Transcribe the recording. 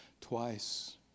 twice